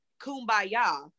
kumbaya